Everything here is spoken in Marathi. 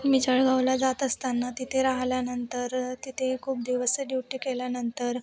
मी जळगावला जात असताना तिथे राहिल्यानंतर तिथे खूप दिवस ड्युटी केल्यानंतर